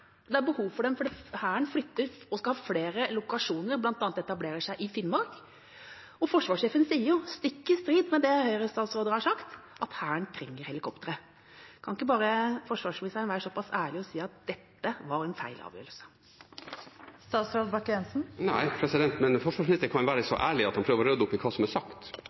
det er behov for dem på grensevakta, det er behov for dem fordi Hæren flytter og skal ha flere lokasjoner, bl.a. etablerer man seg i Finnmark. Og forsvarssjefen sier, stikk i strid med det Høyre-statsråder har sagt, at Hæren trenger helikoptre. Kan ikke bare forsvarsministeren være såpass ærlig og si at dette var en feil avgjørelse? Nei, men forsvarsministeren kan være så ærlig at han prøver å rydde opp i hva som er sagt.